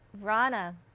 Rana